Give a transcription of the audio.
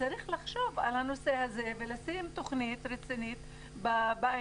וצריך לחשוב על הנושא הזה ולשים תוכנית רצינית בעניין,